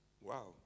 Wow